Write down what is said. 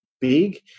Big